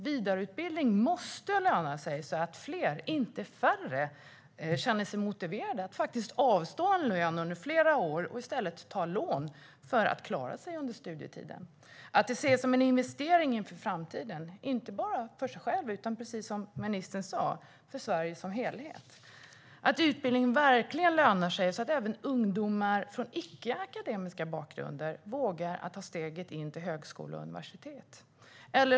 Vidareutbildning måste löna sig så att fler, inte färre, känner sig motiverade att avstå lön under flera år och i stället ta lån för att klara sig under studietiden. Det måste ses som en investering för framtiden, inte bara för en själv utan, precis som ministern sa, för Sverige som helhet. Utbildning måste verkligen löna sig så att även ungdomar från icke-akademisk bakgrund vågar ta steget in till högskola och universitet.